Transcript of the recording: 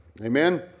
Amen